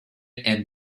and